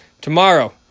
tomorrow